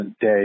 day